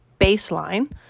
baseline